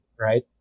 right